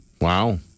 wow